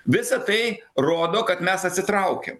visa tai rodo kad mes atsitraukėm